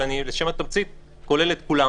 אבל לשם התמצית אני כולל כולן.